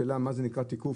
והשאלה מה זה נקרא תיקוף,